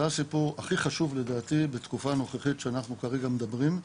זה הסיפור הכי חשוב לדעתי בתקופה הנוכחית שאנחנו כרגע מדברים,